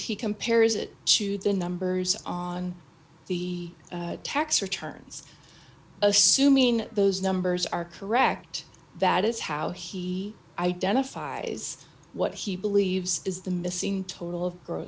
he compares it to the numbers on the tax returns assuming those numbers are correct that is how he identifies what he believes is the missing total of growth